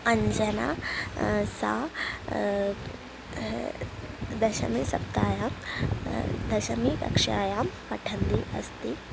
अञ्जना सा दशमी सप्ताहं दशमीकक्षायां पठन्ति अस्ति